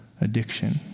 addiction